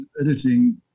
editing